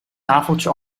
tafeltje